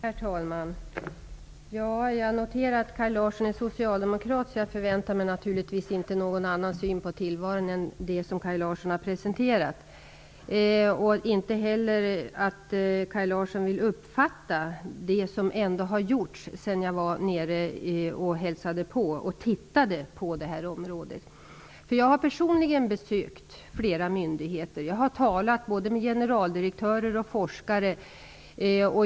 Herr talman! Jag noterar att Kaj Larsson är socialdemokrat och förväntar mig naturligtvis inte att han skall ge uttryck för någon annan syn på tillvaron än den som han har presenterat, inte heller att Kaj Larsson vill uppfatta det som ändå har gjorts sedan jag besökte och tittade på det här området. Jag har personligen besökt flera myndigheter. Jag har talat med generaldirektörer och forskare.